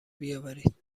بیاورید